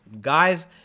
guys